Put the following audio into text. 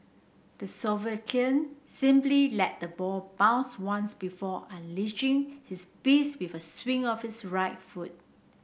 the Slovakian simply let the ball bounce once before unleashing his beast with a swing of his right foot